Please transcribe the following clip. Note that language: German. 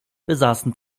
besaßen